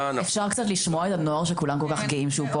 אפשר אולי לשמוע את הנוער שכולם כל כך גאים שהוא פה?